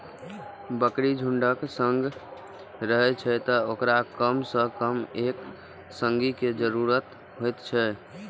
बकरी झुंडक संग रहै छै, तें ओकरा कम सं कम एक संगी के जरूरत होइ छै